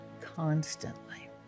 constantly